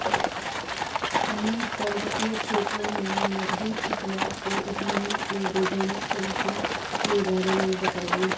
हमें पर्वतीय क्षेत्रों में नगदी फसलों को उगाने के वैज्ञानिक तरीकों के बारे में बताइये?